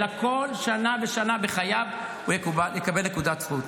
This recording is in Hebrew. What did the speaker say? אלא כל שנה ושנה בחייו הוא יקבל נקודת זכות.